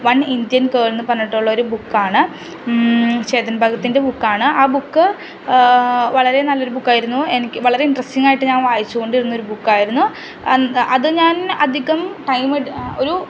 one Indian girl എന്ന് പറഞ്ഞിട്ടുള്ള ഒരു ബുക്കാണ് ചേതൻ ഭഗത്തിൻ്റെ ബുക്കാണ് ആ ബുക്ക് വളരെ നല്ല ഒരു ബുക്കായിരുന്നു എനിക്ക് വളരെ ഇൻട്രെസ്റ്റിങ്ങ് ആയിട്ട് ഞാൻ വായിച്ച് കൊണ്ടിരുന്ന ഒരു ബുക്കായിരുന്നു അത് ഞാൻ അധികം ടൈം എടുത്തു ഒരു